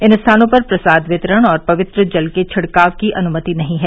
इन स्थानों पर प्रसाद वितरण और पवित्र जल के छिड़काव की अनुमति नहीं है